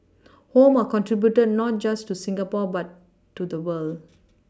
home are contributed not just to Singapore but to the world